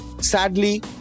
Sadly